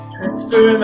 Transfer